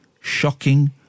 shocking